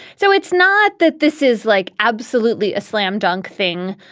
so it's not that this is like absolutely a slam dunk thing.